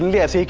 yes,